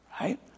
Right